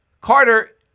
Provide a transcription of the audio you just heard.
Carter